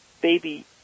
baby